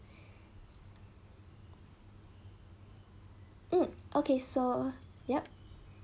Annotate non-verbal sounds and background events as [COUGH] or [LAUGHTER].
[BREATH] mm okay so yup